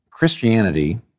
Christianity